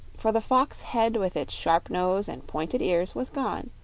for the fox head with its sharp nose and pointed ears was gone,